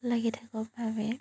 লাগি থাকো বাবে